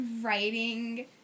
writing